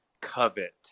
covet